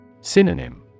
Synonym